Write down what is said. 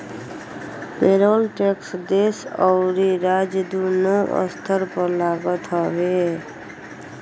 payroll tax देस अउरी राज्य दूनो स्तर पर लागत हवे